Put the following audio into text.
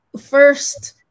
first